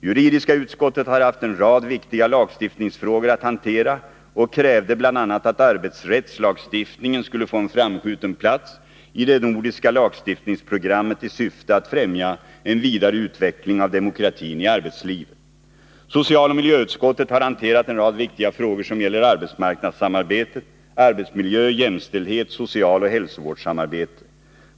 Juridiska utskottet har haft en rad viktiga lagstiftningsfrågor att hantera och krävde bl.a. att arbetsrättslagstiftningen skulle få en framskjuten plats i det nordiska lagstiftningsprogrammet i syfte att främja en vidare utveckling av demokratin i arbetslivet. Socialoch miljöutskottet har hanterat en rad viktiga frågor som gäller arbetsmarknadssamarbetet, arbetsmiljö, jämställdhet, socialoch hälso vårdssamarbete.